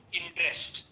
interest